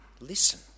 listen